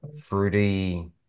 fruity